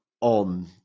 on